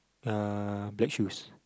uh black shoes